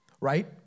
right